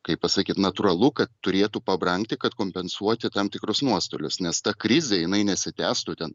kaip pasakyt natūralu kad turėtų pabrangti kad kompensuoti tam tikrus nuostolius nes ta krizė jinai nesitęstų ten